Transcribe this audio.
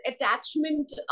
attachment